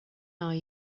are